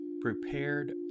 prepared